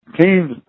Teams